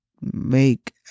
make